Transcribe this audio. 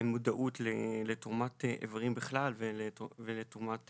המודעות לתרומת איברים בכלל ולתרומת